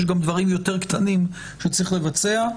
יש גם דברים יותר קטנים שצריך לבצע.